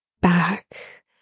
back